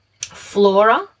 flora